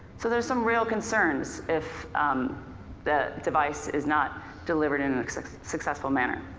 so there's some real concerns if the device is not delivered in a successful manner.